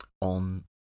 on